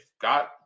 got